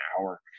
hour